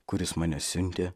kuris mane siuntė